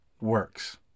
works